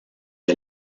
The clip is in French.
est